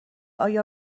آیا